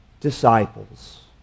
disciples